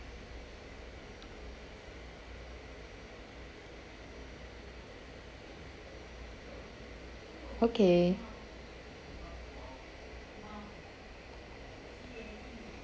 okay